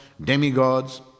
demigods